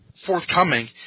forthcoming